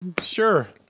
Sure